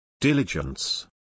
Diligence